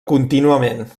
contínuament